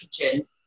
kitchen